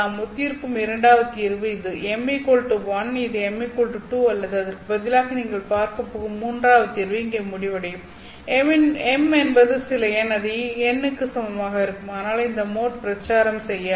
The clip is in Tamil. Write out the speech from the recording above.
ஒத்திருக்கும் இரண்டாவது தீர்வு இது m 1 இது m 2 அல்லது அதற்கு பதிலாக நீங்கள் பார்க்கப் போகும் மூன்றாவது தீர்வு இங்கே முடிவடையும் m என்பது சில எண் அது n க்கு சமமாக இருக்கும் ஆனால் இந்த மோட் பிரச்சாரம் செய்யாது